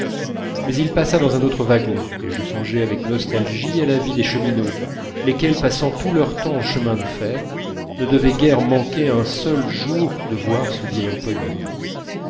mais il passa dans un autre wagon et je songeai avec nostalgie à la vie des cheminots lesquels passant tout leur temps en chemin de fer ne devaient guère manquer un seul jour de voir ce vieil employé